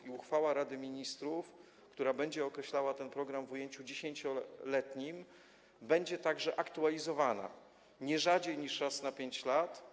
I uchwała Rady Ministrów, która będzie określała ten program w ujęciu 10-letnim, także będzie aktualizowana, nie rzadziej niż raz na 5 lat.